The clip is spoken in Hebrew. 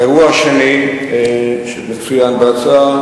האירוע השני שמצוין בהצעה,